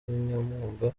kinyamwuga